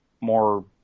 more